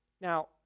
Now